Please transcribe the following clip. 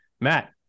Matt